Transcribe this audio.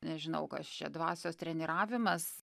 nežinau kas čia dvasios treniravimas